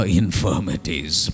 infirmities